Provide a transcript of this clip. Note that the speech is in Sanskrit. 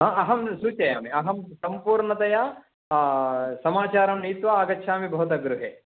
हा अहं सूचयामि अहं सम्पूर्णतया समाचारं नीत्वा आगच्छामि भवतः गृहे